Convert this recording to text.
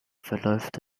verläuft